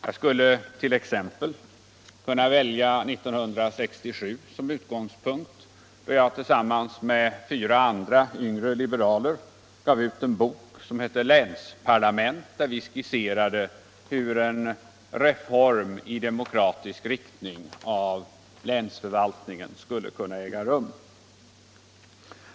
Jag skulle t.ex. kunna välja 1967 som utgångspunkt, då jag tillsammans med fyra andra yngre liberaler gav ut en bok som hette Länsparlament och där vi skisserade hur en reform i demokratisk riktning av länsförvaltningen skulle kunna äga rum.